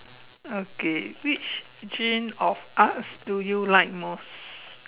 okay what gene of arts do you like most